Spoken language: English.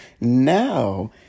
Now